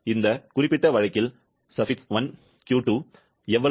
இந்த குறிப்பிட்ட வழக்கில் 1Q2 எவ்வளவு